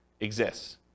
exists